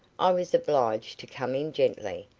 i was obliged to come in gently.